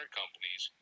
companies